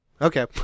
Okay